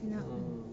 mm